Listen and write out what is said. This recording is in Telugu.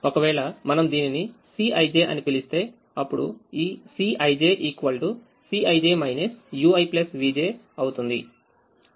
ఒకవేళ మనముదీనినిCꞌij అని పిలిస్తే అప్పుడు ఈCꞌij Cij ui vj అవుతుంది